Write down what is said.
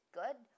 good